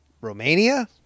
romania